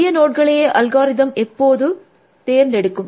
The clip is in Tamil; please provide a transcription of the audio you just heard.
புதிய நோட்களையே அல்காரிதம் எப்போதும் தேர்ந்தெடுக்கும்